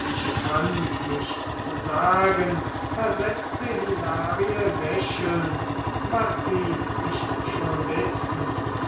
ich kann nichts sagen versetzte hilarie lächelnd was sie nicht schon wissen